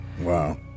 Wow